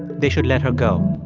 they should let her go.